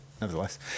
nevertheless